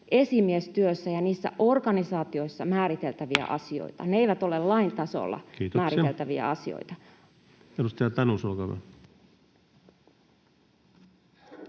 esimiestyössä ja niissä organisaatioissa määriteltäviä asioita. Ne eivät ole lain tasolla määriteltäviä asioita. Kiitoksia. — Edustaja Tanus, olkaa hyvä.